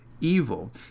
evil